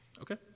Okay